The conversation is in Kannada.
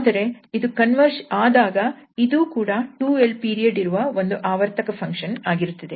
ಆದರೆ ಇದು ಕನ್ವರ್ಜ್ ಆದಾಗ ಇದು ಕೂಡ 2𝑙 ಪೀರಿಯಡ್ ಇರುವ ಒಂದು ಆವರ್ತಕ ಫಂಕ್ಷನ್ ಆಗಿರುತ್ತದೆ